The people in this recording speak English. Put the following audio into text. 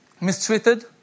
mistreated